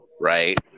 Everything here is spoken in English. right